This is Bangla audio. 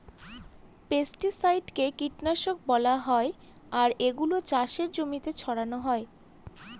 পেস্টিসাইডকে কীটনাশক বলা হয় আর এগুলা চাষের জমিতে ছড়ানো হয়